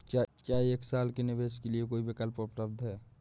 क्या एक साल के निवेश के लिए कोई विकल्प उपलब्ध है?